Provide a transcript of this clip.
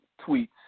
tweets